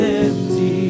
empty